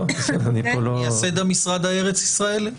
מייסד המשרד הארץ-ישראלי.